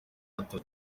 amezi